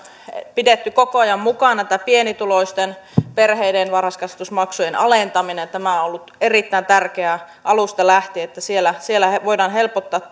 pidetty koko ajan mukana pienituloisten perheiden varhaiskasvatusmaksujen alentaminen tämä on ollut erittäin tärkeää alusta lähtien että siellä siellä voidaan helpottaa